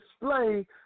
display